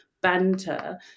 banter